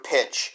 Pitch